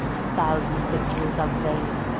a thousand victories are vain.